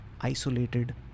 isolated